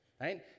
right